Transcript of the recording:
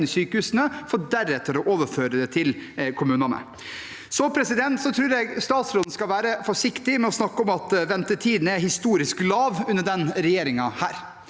for deretter å overføre den til kommunene. Så tror jeg statsråden skal være forsiktig med å snakke om at ventetidene er historisk lave under denne regjeringen.